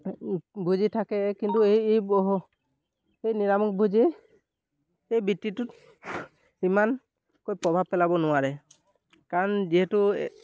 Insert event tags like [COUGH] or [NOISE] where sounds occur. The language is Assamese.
ভোজী থাকে কিন্তু এই এই [UNINTELLIGIBLE] নিৰামিষ ভোজী এই বৃত্তিটোত ইমানকৈ প্ৰভাৱ পেলাব নোৱাৰে কাৰণ যিহেতু [UNINTELLIGIBLE]